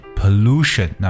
pollution